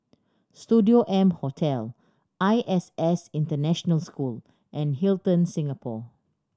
Studio M Hotel I S S International School and Hilton Singapore